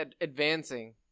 advancing